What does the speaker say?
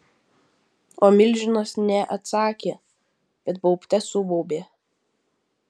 o milžinas ne atsakė bet baubte subaubė